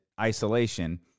isolation